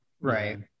right